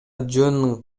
жөн